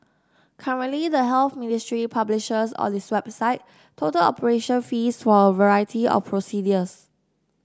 currently the Health Ministry publishes on its website total operation fees for a variety of procedures